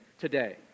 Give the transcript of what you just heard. today